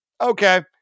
okay